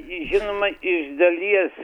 ji žinoma iš dalies